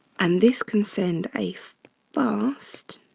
and this can send a fast